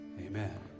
Amen